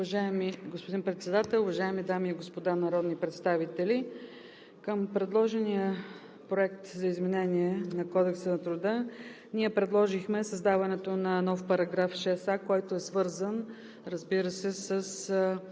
Уважаеми господин Председател, уважаеми дами и господа народни представители! Към предложения Проект за изменение на Кодекса на труда ние предложихме създаването на нов § 6а, който е свързан, разбира се, с